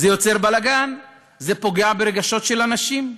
זה יוצר בלגן, זה פוגע ברגשות של אנשים.